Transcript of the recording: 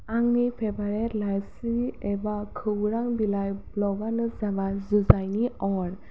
आंनि फेभारेट लाइसि एबा खौरां बिलाइ ब्लगानो जाबाय जुजाइनि अर